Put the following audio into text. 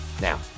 Now